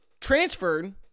transferred